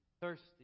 thirsty